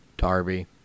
Darby